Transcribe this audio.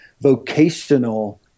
vocational